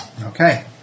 okay